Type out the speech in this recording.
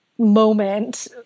moment